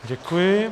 Děkuji.